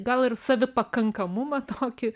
gal ir savipakankamumą tokį